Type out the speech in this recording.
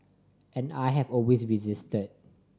and I have always resisted